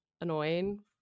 annoying